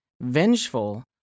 vengeful